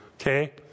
Okay